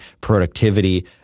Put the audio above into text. productivity